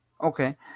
Okay